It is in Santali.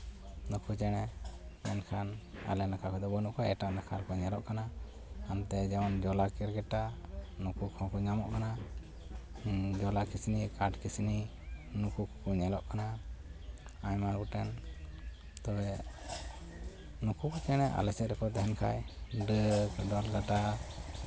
ᱱᱩᱠᱩ ᱪᱮᱬᱮ ᱢᱮᱱᱠᱷᱟᱱ ᱟᱞᱮ ᱱᱟᱠᱷᱟ ᱨᱮᱫᱚ ᱵᱟᱹᱱᱩᱜ ᱠᱚᱣᱟ ᱮᱴᱟᱜ ᱱᱟᱠᱷᱟ ᱨᱮᱠᱚ ᱧᱮᱞᱚᱜ ᱠᱟᱱᱟ ᱦᱟᱱᱛᱮ ᱡᱮᱢᱚᱱ ᱡᱚᱞᱟ ᱠᱮᱨᱠᱮᱴᱟ ᱱᱩᱠᱩ ᱠᱚᱦᱚᱸ ᱠᱚ ᱧᱟᱢᱚᱜ ᱠᱟᱱᱟ ᱦᱮᱸ ᱡᱚᱞᱟ ᱠᱤᱥᱱᱤ ᱠᱟᱴ ᱠᱤᱥᱱᱤ ᱱᱩᱠᱩ ᱠᱚᱠᱚ ᱧᱮᱞᱚᱜ ᱠᱟᱱᱟ ᱟᱭᱢᱟ ᱜᱚᱴᱮᱱ ᱛᱚᱵᱮ ᱱᱩᱠᱩ ᱠᱚ ᱦᱟᱱᱮ ᱟᱞᱮ ᱥᱮᱫ ᱨᱮᱠᱚ ᱛᱟᱦᱮᱱ ᱠᱷᱟᱡ ᱱᱚᱰᱮ ᱫᱚᱞ ᱠᱟᱸᱴᱟ